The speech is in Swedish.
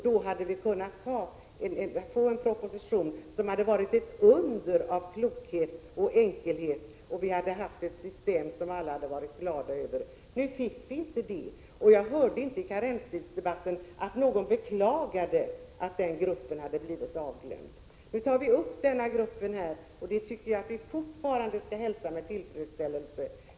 Då hade vi kunnat få en proposition som hade varit ett under av klokhet och enkelhet, och vi hade fått ett system som alla hade kunnat vara glada över. Nu fick vi inte det. : Jag hörde inte i karensdebatten att någon skulle ha beklagat att denna grupp hade blivit bortglömd. Nu tar vi upp den. Det tycker jag fortfarande vi skall hälsa med tillfredsställelse.